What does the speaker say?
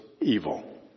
evil